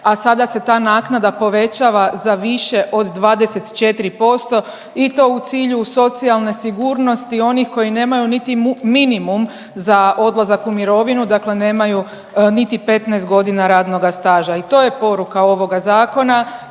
a sada se ta naknada povećava za više od 24% i to u cilju socijalne sigurnosti onih koji nemaju niti minimum za odlazak u mirovinu, dakle nemaju niti 15 godina radnoga staža. I to je poruka ovoga zakona,